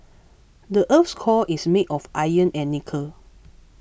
the earth's core is made of iron and nickel